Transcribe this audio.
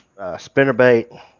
spinnerbait